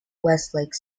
westlake